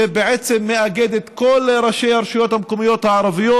שבעצם מאגד את כל ראשי הרשויות המקומיות הערביות,